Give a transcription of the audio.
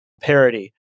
parody